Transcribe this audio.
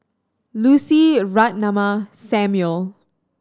Lucy Ratnammah Samuel